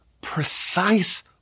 precise